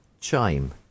Chime